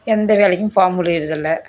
எந்த வேலைக்கும் போக முடிகிறது இல்லை